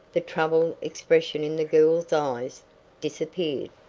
the troubled expression in the girl's eyes disappeared.